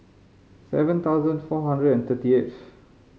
seven thousand four hundred and thirty eighth